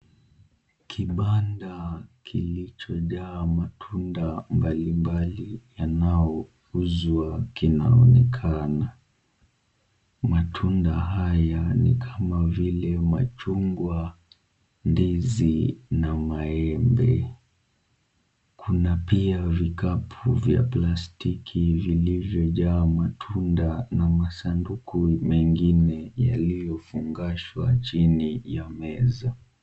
Kibanda kilichojaa matunda mbalimbali yanayouzwa kinaonekana, matunda haya ni kama vile machungwa, ndizi na maembe. Kuna pia vikapu vya plastiki vilivyojaa matunda na masanduku mengine yaliyofungashwa chini ya meza.